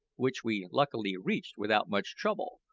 which we luckily reached without much trouble,